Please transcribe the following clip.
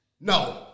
No